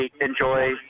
enjoy